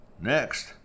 next